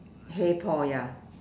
hey Paul ya